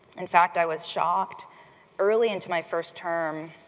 in fact, i was shocked early into my first term